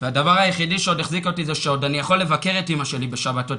והדבר היחידי שעוד החזיק אותי זה שאני יכול לבקר את אימא שלי בשבתות,